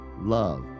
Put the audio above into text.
love